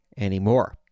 anymore